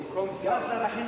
סגן שר החינוך.